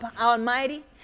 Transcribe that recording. almighty